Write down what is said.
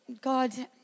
God